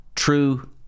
true